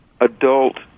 adult